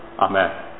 Amen